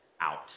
out